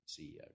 CEO